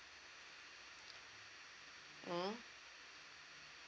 mm